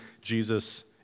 Jesus